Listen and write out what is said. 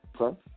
Okay